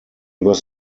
was